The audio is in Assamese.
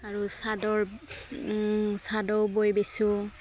আৰু চাদৰ চাদৰো বৈ বেচোঁ